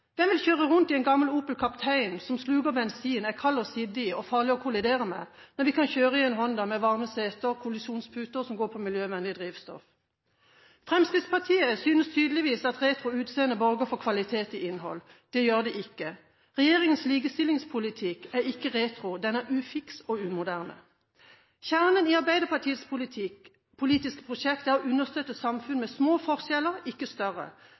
Hvem vil kjøre rundt i en gammel Opel Kaptein, som sluker bensin, er kald å sitte i og farlig å kollidere med, når de kan kjøre en Honda, med varme seter og kollisjonsputer og som går på miljøvennlig drivstoff? Fremskrittspartiet synes tydeligvis at retroutseende borger for kvalitet i innhold. Det gjør det ikke. Regjeringens likestillingspolitikk er ikke retro, den er ufiks og umoderne. Kjernen i Arbeiderpartiets politiske prosjekt er å understøtte et samfunn med små forskjeller, ikke større,